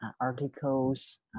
articles